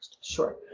Sure